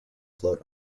float